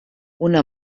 una